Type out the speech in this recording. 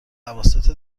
اواسط